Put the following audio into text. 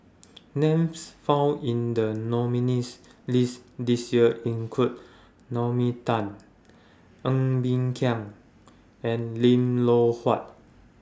Names found in The nominees' list This Year include Naomi Tan Ng Bee Kia and Lim Loh Huat